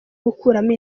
gukuramo